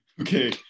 Okay